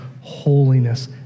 holiness